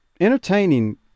entertaining